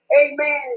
amen